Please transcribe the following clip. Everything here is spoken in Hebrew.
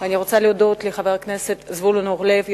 ואני רוצה להודות לחבר הכנסת זבולון אורלב,